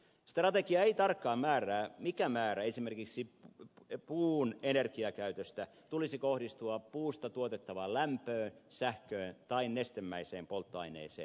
strategia ei tarkkaan määrää mikä määrä esimerkiksi puun energiakäytöstä tulisi kohdistua puusta tuotettavaan lämpöön sähköön tai nestemäiseen polttoaineeseen